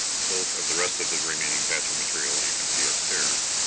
bulk of the rest of the remaining patchen material you can see upstairs.